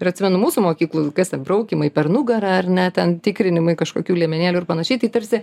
ir atsimenu mūsų mokykloj kas ten braukymai per nugarą ar ne ten tikrinimai kažkokių liemenėlių ir panašiai tai tarsi